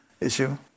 issue